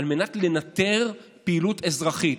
על מנת לנטר פעילות אזרחית.